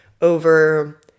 over